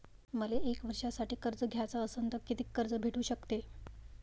मले एक वर्षासाठी कर्ज घ्याचं असनं त कितीक कर्ज भेटू शकते?